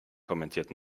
kommentiert